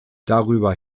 darüber